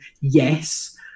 yes